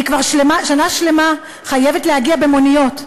"אני כבר שנה שלמה חייבת להגיע במוניות.